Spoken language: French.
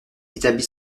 établi